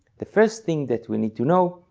the first thing that we need to know,